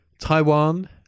Taiwan